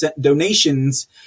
donations